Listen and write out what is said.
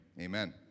Amen